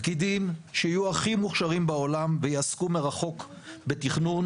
פקידים שיהיו הכי מוכשרים בעולם ויעסקו מרחוק בתכנון,